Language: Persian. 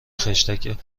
خشتک